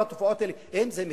כל התופעות האלה, האם זה מקרי?